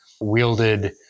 wielded